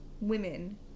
women